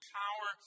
power